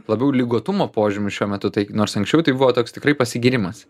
labiau ligotumo požymių šiuo metu tai nors anksčiau tai buvo toks tikrai pasigyrimas